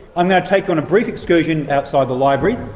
um now take you on a brief excursion outside the library.